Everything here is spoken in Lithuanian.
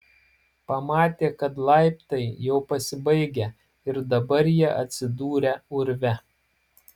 pamatė kad laiptai jau pasibaigę ir dabar jie atsidūrę urve